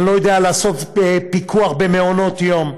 אני לא יודע לעשות פיקוח במעונות-יום.